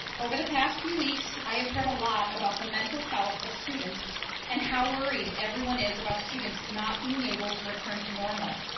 over the past few weeks, i have heard a lot about the mental health of students and how worried everyone is about students not being able to return to normal.